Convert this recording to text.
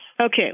Okay